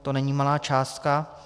To není malá částka.